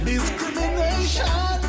Discrimination